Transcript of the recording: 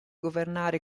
governare